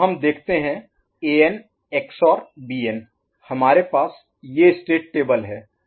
SB AnBn' RB AnBn Bn1 SB RB'Bn Substituting Bn1 AnBn' AnBn'Bn AnBn' An' Bn'Bn AnBn' An'Bn Bn'Bn AnBn' An'Bn An Bn हमारे पास ये state table है